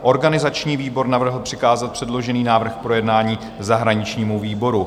Organizační výbor navrhl přikázat předložený návrh k projednání zahraničnímu výboru.